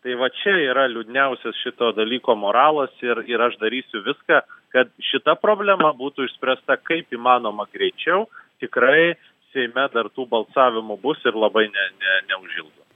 tai va čia yra liūdniausias šito dalyko moralas ir ir aš darysiu viską kad šita problema būtų išspręsta kaip įmanoma greičiau tikrai seime dar tų balsavimų bus ir labai ne ne neužilgo